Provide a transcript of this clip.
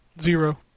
Zero